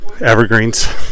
evergreens